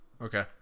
okay